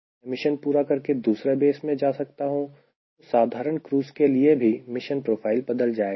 मैं मिशन पूरा करके दूसरे बेस में जा सकता हूं तो साधारण क्रूज़ के लिए भी मिशन प्रोफाइल बदल जाएगा